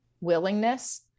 willingness